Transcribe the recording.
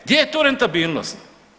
Gdje je tu rentabilnost?